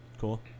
cool